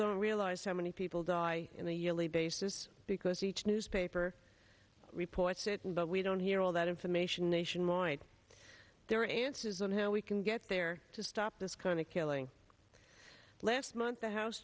don't realize how many people die in the yearly basis because each newspaper reports it but we don't hear all that information nationwide there are answers on how we can get there to stop this kind of killing last month the house